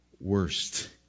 worst